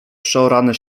przeorane